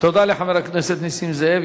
תודה לחבר הכנסת נסים זאב.